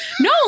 No